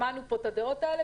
שמענו פה את הדעות האלה.